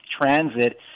transit